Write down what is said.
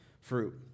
fruit